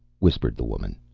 whispered the woman.